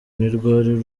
ntirwari